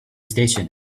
station